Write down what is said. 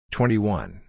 Twenty-one